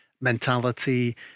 mentality